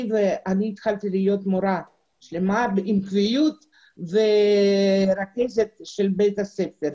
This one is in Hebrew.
מורה עם קביעות והייתי רכזת של בית הספר.